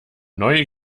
neue